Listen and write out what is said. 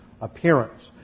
appearance